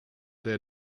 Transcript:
der